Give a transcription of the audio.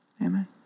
Amen